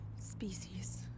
Species